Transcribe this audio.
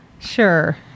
sure